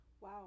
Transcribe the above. Wow